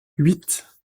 huit